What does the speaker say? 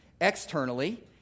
externally